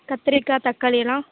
கத்தரிக்காய் தக்காளி எல்லாம்